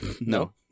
no